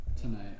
Tonight